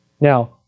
Now